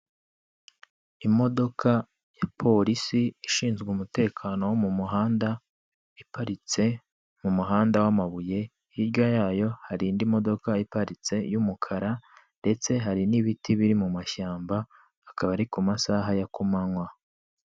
Imodoka ya Polisi ishinzwe umutekano wo mu muhanda, iparitse mu muhanda w'amabuye hirya yayo hari indi modoka iparitse y'umukara, ndetse hari n'ibiti biri mu mashyamba, akaba ari ku masaha ya kumanywa.